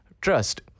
trust